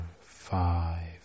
five